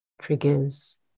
triggers